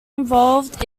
involved